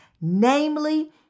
namely